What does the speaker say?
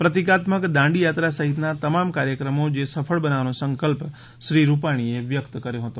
પ્રતિકાત્મક દાંડી યાત્રા સહિતના તમામ કાર્યક્રમો જે સફળ બનાવવાનો સંકલ્પ શ્રી રૂપાણીએ વ્યક્ત કર્યો હતો